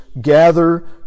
gather